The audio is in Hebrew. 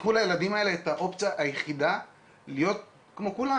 לקחו לילדים האלה את האופציה היחידה להיות כמו כולם,